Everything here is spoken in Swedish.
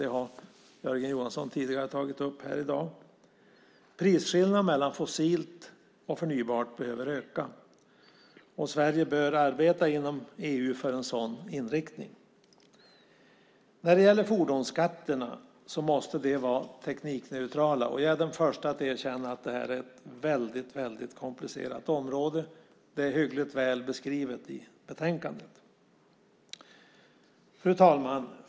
Det har Jörgen Johansson tidigare tagit upp här i dag. Prisskillnaden mellan fossilt och förnybart bränsle behöver öka. Sverige bör arbeta inom EU för en sådan inriktning. När det gäller fordonsskatterna måste de vara teknikneutrala. Jag är den förste att erkänna att detta är ett mycket komplicerat område. Det är hyggligt väl beskrivet i betänkandet. Fru talman!